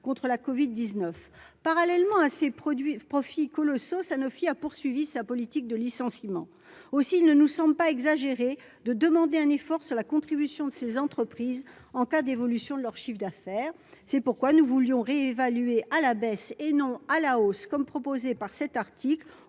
contre la Covid 19 parallèlement à ces produits profits colossaux, Sanofi a poursuivi sa politique de licenciement aussi ne nous sommes pas exagérer de demander un effort sur la contribution de ces entreprises en cas d'évolution de leur chiffre d'affaires, c'est pourquoi nous voulions réévalué à la baisse et non à la hausse, comme proposé par cet article.